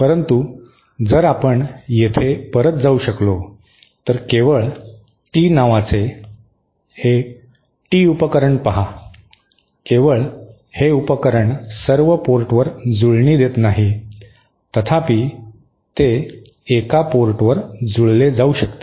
परंतु जर आपण येथे परत जाऊ शकलो तर केवळ टी नावाचे हे टी उपकरण पहा केवळ हे उपकरण सर्व पोर्टवर जुळणी देत नाही तथापि ते एका पोर्टवर जुळले जाऊ शकते